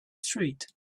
street